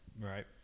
right